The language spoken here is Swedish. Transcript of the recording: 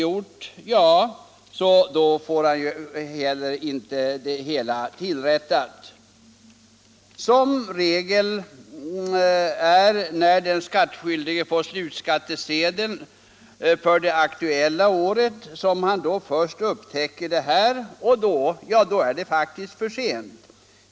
Om han inte anför besvär, så blir felet inte tillrättat. Det är i regel först när den skattskyldige får slutskattesedel för det aktuella året som han upptäcker felaktigheten, och då är det för sent.